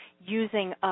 using